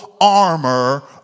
armor